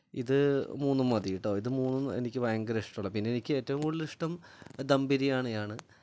ഇത് മൂന്നും മതി കേട്ടോ ഇത് മൂന്നും എനിക്ക് ഭയങ്കര ഇഷ്ടമുള്ള പിന്നെ എനിക്ക് ഏറ്റവും കൂടുതലിഷ്ടം ദം ബിരിയാണിയാണ്